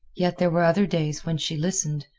yet there were other days when she listened,